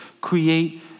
create